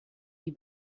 die